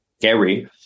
Gary